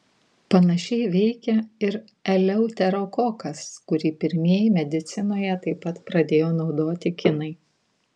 panašiai veikia ir eleuterokokas kurį pirmieji medicinoje taip pat pradėjo naudoti kinai